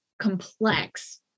complex